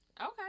Okay